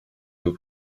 nos